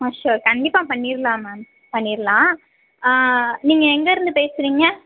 ஆ sure கண்டிப்பாக பண்ணிடலாம் ma'am பண்ணிடலாம் ஆ நீங்கள் எங்கேருந்து பேசுகிறீங்க